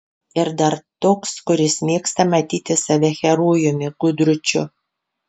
ir dar toks kuris mėgsta matyti save herojumi gudručiu